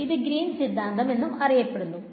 ഇത് ഗ്രീൻ സിദ്ധാന്തംഎന്നും അറിയപ്പെടുന്നുണ്ട്